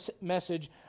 message